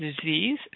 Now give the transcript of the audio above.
disease